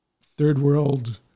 third-world